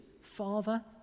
Father